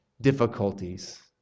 difficulties